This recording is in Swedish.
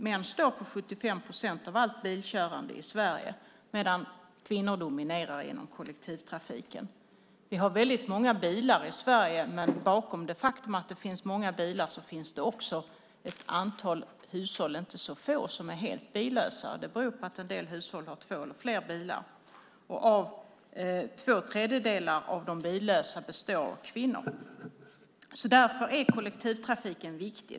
Män står för 75 procent av allt bilkörande i Sverige, medan kvinnor dominerar inom kollektivtrafiken. Vi har väldigt många bilar i Sverige. Men bakom det faktum att det finns många bilar finns det också ett antal hushåll - inte så få - som är helt billösa. Det beror på att en del hushåll har två eller fler bilar. Två tredjedelar av de billösa är kvinnor. Därför är kollektivtrafiken viktig.